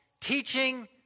teaching